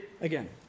again